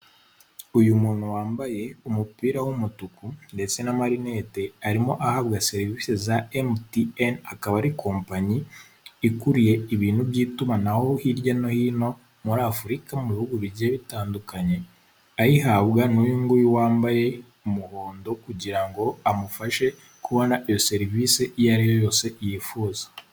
Uyu muntu wambaye umupira w'umutuku ndetse n'amarinete, arimo ahabwa serivisi za MTN akaba ari kompanyi ikuriye ibintu by'itumanaho hirya no hino muri afurika mu bihugu bigiye bitandukanye, ayihabwa n'uyugu wambaye umuhondo kugira ngo amufashe kubona iyo serivisi iyo ari yo yose yifuza.